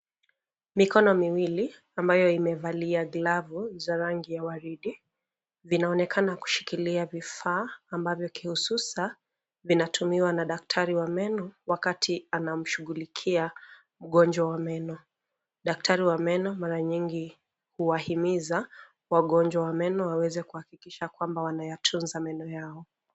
Mikono miwili ambayo imevalia glavu za rangi ya waridi, vinaonekana kushikilia vifaa ambavyo kihususa, vinatumiwa na daktari wa meno wakati anamshughulikia mgonjwa wa meno. Daktari wa meno mara nyingi, huwahimiza, wagonjwa wa meno waweze kuhakikisha kwamba wanayatunza meno yao.